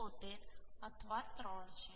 73 અથવા 3 છે